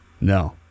no